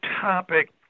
topic